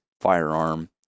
firearm